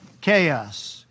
chaos